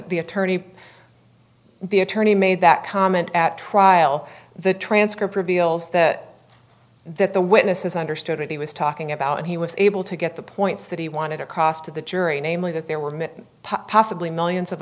the attorney the attorney made that comment at trial the transcript reveals that that the witnesses understood it he was talking about and he was able to get the points that he wanted across to the jury namely that there were many possibly millions of